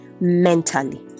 mentally